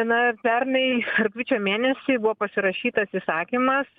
na pernai rugpjūčio mėnesį buvo pasirašytas įsakymas